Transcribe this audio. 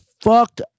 fucked